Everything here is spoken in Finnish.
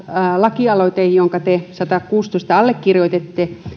lakialoite jonka te satakuusitoista allekirjoititte